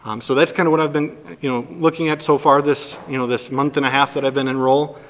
um so that's kind of what i've been you know looking at so far this you know this month and a half that i've been in role.